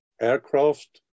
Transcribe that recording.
aircraft